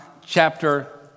chapter